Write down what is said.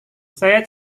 saya